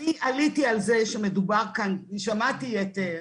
עליתי על זה שמדובר כאן, שמעתי את,